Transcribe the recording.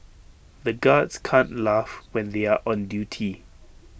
the guards can't laugh when they are on duty